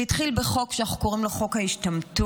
זה התחיל בחוק שאנחנו קוראים לו חוק ההשתמטות,